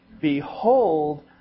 behold